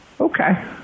Okay